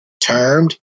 termed